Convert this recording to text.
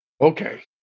Okay